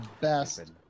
best